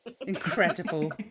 incredible